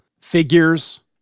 figures